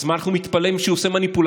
אז מה אנחנו מתפלאים שהוא עושה מניפולציות?